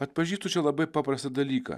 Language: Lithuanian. atpažįstu čia labai paprastą dalyką